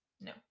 no